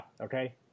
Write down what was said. okay